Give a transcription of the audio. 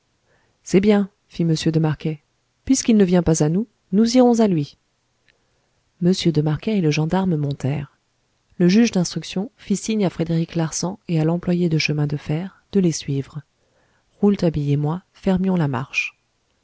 c'est bien fit m de marquet puisqu'il ne vient pas à nous nous irons à lui m de marquet et le gendarme montèrent le juge d'instruction fit signe à frédéric larsan et à l'employé de chemin de fer de les suivre rouletabille et moi fermions la marche